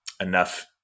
enough